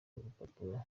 rupapuro